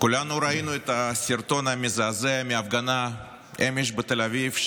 כולנו ראינו את הסרטון המזעזע מההפגנה אמש בתל אביב,